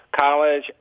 college